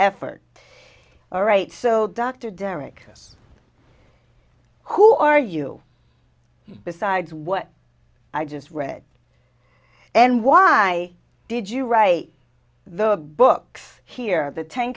effort all right so dr derek who are you besides what i just read and why did you write the books here the ten